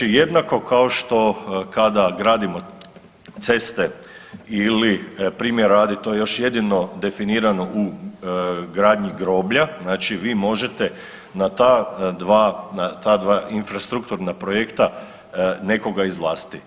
Znači jednako kao što kada gradimo ceste ili primjera radi to je još jedino definirano u gradnji groblja, znači vi možete na ta dva, na ta dva infrastrukturna projekta nekoga izvlastiti.